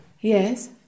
Yes